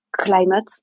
climate